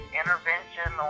intervention